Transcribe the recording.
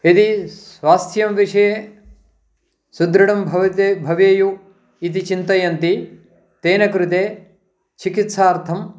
यदि स्वास्थ्यविषये सुदृढं भवति भवेयु इति चिन्तयन्ति तेन कृते चिकित्सार्थम्